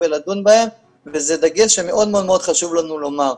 ולדון בהם וזה דגש שמאוד מאוד מאוד חשוב לנו לומר.